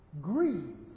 Greed